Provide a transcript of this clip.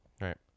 Right